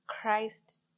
Christ